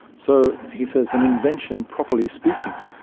so he says, an invention, properly speaking,